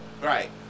right